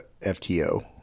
FTO